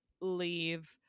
leave